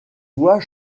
voix